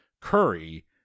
Curry